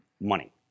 money